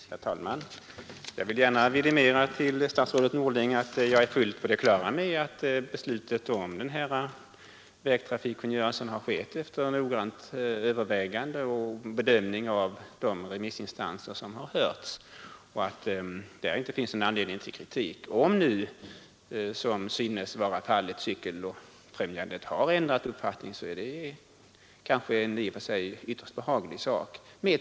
Herr talman! Jag vill gärna vidimera för statsrådet Norling att jag är fullt på det klara med att beslutet om denna trafikkungörelse har fattats efter noggrant övervägande och noggrann bedömning av svaren från de remissinstanser som har hörts och att det därvidlag inte finns någon anledning till kritik. Om nu Cykeloch mopedfrämjandet har ändrat uppfattning, så är det kanske i och för sig inget att säga om.